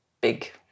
big